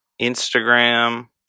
Instagram